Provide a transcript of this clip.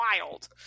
wild